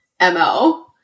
mo